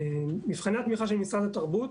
מבחני התמיכה של משרד התרבות,